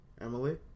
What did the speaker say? Emily